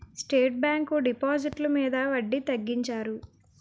state bank డిపాజిట్లు మీద వడ్డీ తగ్గించారు